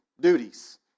duties